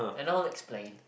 and I'll explain